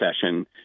session